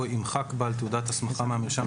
או ימחק בעל תעודת הסמכה מהמרשם,